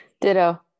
Ditto